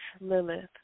Lilith